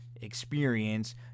experience